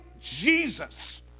Jesus